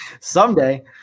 Someday